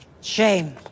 Shame